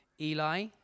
Eli